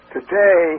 Today